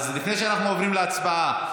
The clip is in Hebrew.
לפני שאנחנו עוברים להצבעה,